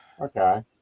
okay